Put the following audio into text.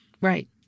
right